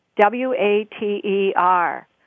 W-A-T-E-R